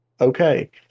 okay